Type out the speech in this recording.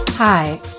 Hi